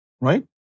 Right